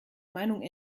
meinung